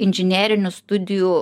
inžinerinių studijų